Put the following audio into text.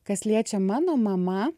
kas liečia mano mama